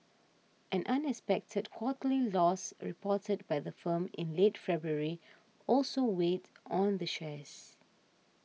an unexpected quarterly loss reported by the firm in late February also weighed on the shares